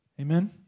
Amen